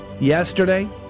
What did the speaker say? yesterday